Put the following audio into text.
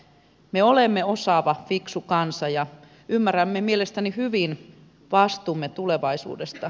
me olemme osaava fiksu kansa ja ymmärrämme mielestäni hyvin vastuumme tulevaisuudesta